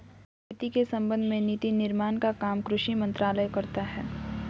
खेती के संबंध में नीति निर्माण का काम कृषि मंत्रालय करता है